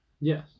Yes